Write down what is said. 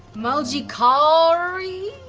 maljikaori?